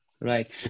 Right